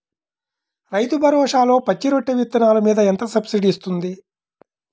రైతు భరోసాలో పచ్చి రొట్టె విత్తనాలు మీద ఎంత సబ్సిడీ ఇస్తుంది?